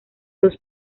dos